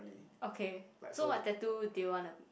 okay so what tattoo do you wanna